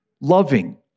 loving